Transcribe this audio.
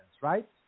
right